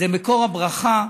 זה מקור הברכה.